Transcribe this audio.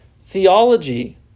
theology